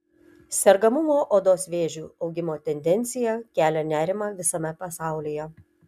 sergamumo odos vėžiu augimo tendencija kelia nerimą visame pasaulyje